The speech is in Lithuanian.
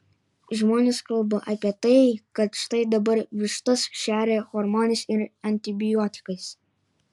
žmonės kalba apie tai kad štai dabar vištas šeria hormonais ir antibiotikais